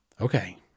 Okay